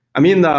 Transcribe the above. i mean,